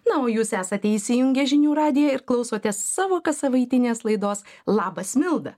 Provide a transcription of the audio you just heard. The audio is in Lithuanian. na o jūs esate įsijungę žinių radiją ir klausotės savo kassavaitinės laidos labas milda